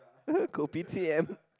kopitiam